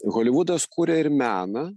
holivudas kuria ir meną